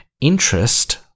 interest